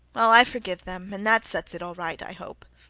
well, i forgive them, and that sets it all right, i hope